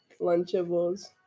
lunchables